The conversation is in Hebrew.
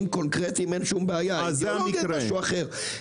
קונקרטיים אין שום בעיה אבל אני אומר משהו אחר,